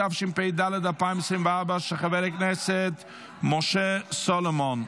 התשפ"ד 2024, של חבר הכנסת משה סולומון.